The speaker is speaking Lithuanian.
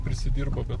prisidirbo bet